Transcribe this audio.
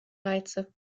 reize